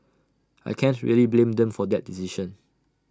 I can't really blame them for that decision